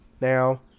now